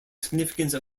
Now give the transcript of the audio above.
significance